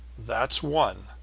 that's one,